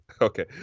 Okay